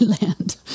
land